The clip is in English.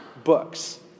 books